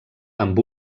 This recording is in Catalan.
amb